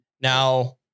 Now